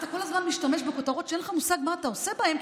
אתה כל הזמן משתמש בכותרות שאין לך מושג מה אתה עושה בהן,